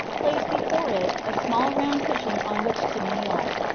placed before it a small round cushion on which to kneel.